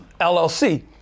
LLC